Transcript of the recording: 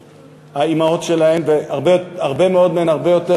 מהאימהות שלהן והרבה מאוד מהן הרבה יותר